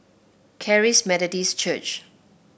Charis Methodist Church